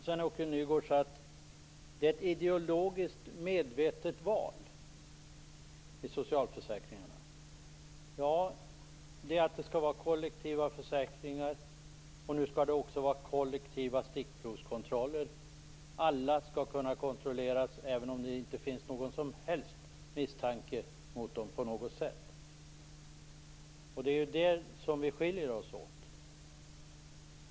Sven-Åke Nygårds sade att det är ett ideologiskt medvetet val att socialförsäkringarna skall vara kollektiva och att det nu också skall göras kollektiva stickprovskontroller. Alla skall kunna kontrolleras, även utan att någon som helst misstanke föreligger. Det är på den punkten som vi skiljer oss åt.